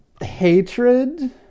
hatred